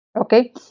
Okay